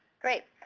great.